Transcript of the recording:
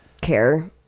care